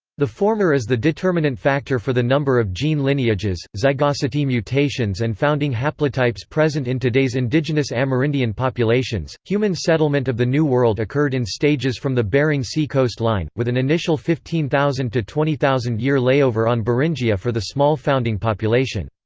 the former is the determinant factor for the number of gene lineages, zygosity mutations and founding haplotypes present in today's indigenous amerindian populations human settlement of the new world occurred in stages from the bering sea coast line, with an initial fifteen thousand to twenty thousand year layover on beringia for the small founding population.